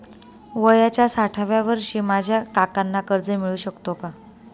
वयाच्या साठाव्या वर्षी माझ्या काकांना कर्ज मिळू शकतो का?